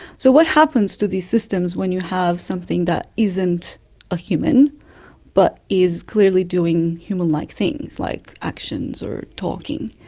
so what happens to these systems when you have something that isn't a human but is clearly doing human-like like things, like actions or talking?